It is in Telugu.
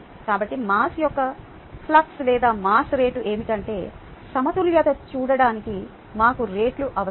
కాబట్టి మాస్ యొక్క ఫ్లక్స్ లేదా మాస్ రేటు ఏమిటంటే సమతుల్యత చేయడానికి మాకు రేట్లు అవసరం